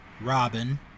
Robin